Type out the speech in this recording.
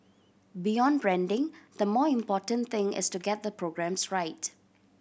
beyond branding the more important thing is to get the programmes right